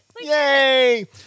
Yay